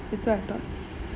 that's what I thought